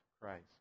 Christ